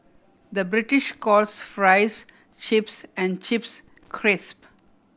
the British calls fries chips and chips crisp